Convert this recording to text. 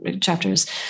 chapters